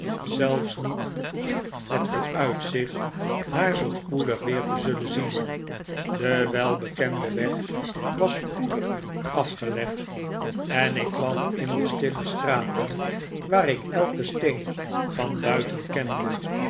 zelfs niet in het vooruitzicht haar zoo spoedig weer te zullen zien de welbekende weg was spoedig afgelegd en ik kwam in de stille strate'n waar ik elken steen van buiten kende